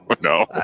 no